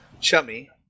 chummy